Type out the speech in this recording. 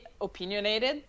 opinionated